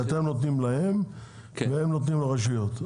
אתם נותנים להם והם נותנים לרשויות.